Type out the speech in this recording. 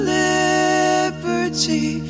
liberty